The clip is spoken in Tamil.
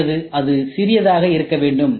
அல்லது அது சிறியதாக இருக்க வேண்டும்